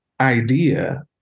idea